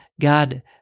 God